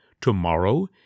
Tomorrow